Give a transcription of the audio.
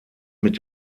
mit